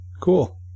Cool